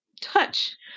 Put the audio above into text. touch